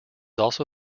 also